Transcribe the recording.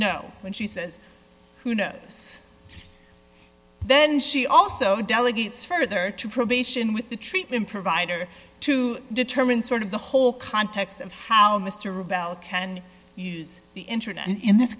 know when she says who knows then she also delegates further to probation with the treatment provider to determine sort of the whole context of how mr rebel can use the internet and in this